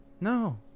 No